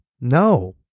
No